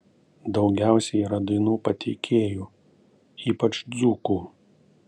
daugiausiai yra dainų pateikėjų ypač dzūkų